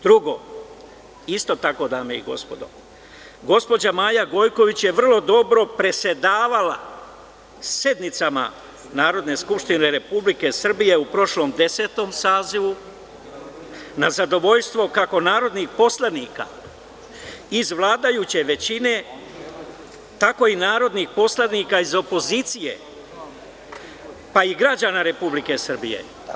Drugo, isto tako dame i gospodo, gospođa Maja Gojković je vrlo dobro predsedavala sednicama Narodne skupštine Republike Srbije u prošlom desetom sazivu na zadovoljstvo kako narodnih poslanika iz vladajuće većine, tako i narodnih poslanika iz opozicije, pa i građana Republike Srbije.